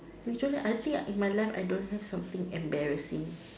usually I think in my life I don't have something embarrassing